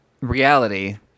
reality